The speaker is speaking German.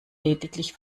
lediglich